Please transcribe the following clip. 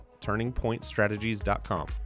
turningpointstrategies.com